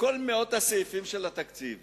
מכל מאות הסעיפים של התקציב